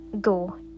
go